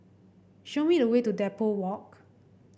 show me the way to Depot Walk